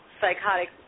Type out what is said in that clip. psychotic